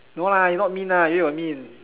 no lah you not mean lah you where got mean